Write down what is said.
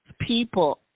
people